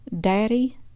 daddy